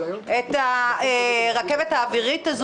להבנה, להבנת המרקם האנושי הלא פשוט הזה.